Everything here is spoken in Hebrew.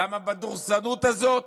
למה בדורסנות הזאת?